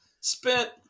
Spent